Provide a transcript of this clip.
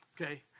okay